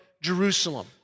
Jerusalem